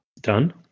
Done